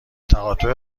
تقاطع